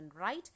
right